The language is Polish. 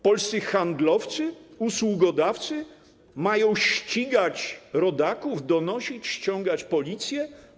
Polscy handlowcy, usługodawcy mają ścigać rodaków, donosić, ściągać Policję.